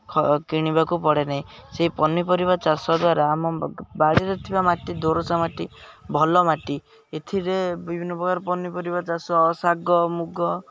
କିଣିବାକୁ ପଡ଼େନାହିଁ ସେହି ପନିପରିବା ଚାଷ ଦ୍ୱାରା ଆମ ବାଡ଼ିରେ ଥିବା ମାଟି ଦୋରସା ମାଟି ଭଲ ମାଟି ଏଥିରେ ବିଭିନ୍ନପ୍ରକାର ପନିପରିବା ଚାଷ ଶାଗ ମୁଗ